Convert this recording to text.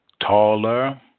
taller